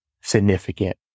significant